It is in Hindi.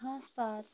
घास पात